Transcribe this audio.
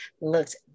looked